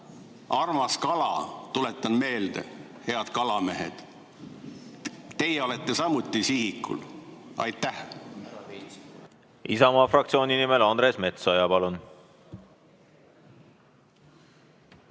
"Armas kala", tuletan meelde, head kalamehed, teie olete samuti sihikul. Mida